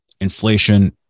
Inflation